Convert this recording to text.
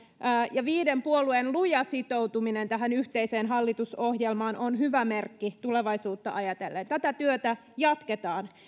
ja viiden puolueen luja sitoutuminen tähän yhteiseen hallitusohjelmaan ovat hyvä merkki tulevaisuutta ajatellen tätä työtä jatketaan